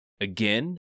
Again